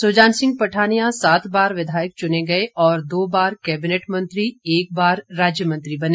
सुजान सिंह पठानिया सात बार विधायक चुने गए और दो बार कैबिनेट मंत्री और एक बार राज्य मंत्री बने